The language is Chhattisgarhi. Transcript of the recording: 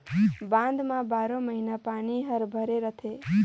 बांध म बारो महिना पानी हर भरे रथे